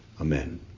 Amen